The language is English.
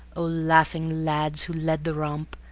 o laughing lads who led the romp,